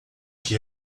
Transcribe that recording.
que